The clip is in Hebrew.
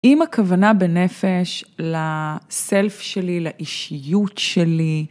אם הכוונה בנפש לסלף שלי לאישיות שלי.